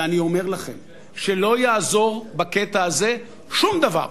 ואני אומר לכם שלא יעזור בקטע הזה שום דבר,